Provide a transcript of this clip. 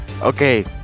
Okay